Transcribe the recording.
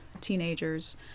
teenagers